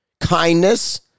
kindness